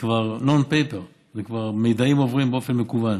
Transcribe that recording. זה כבר non paper, מידעים כבר עוברים באופן מקוון.